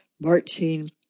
marching